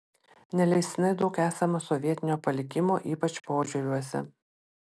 neleistinai daug esama sovietinio paikimo ypač požiūriuose